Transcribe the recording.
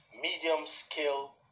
medium-scale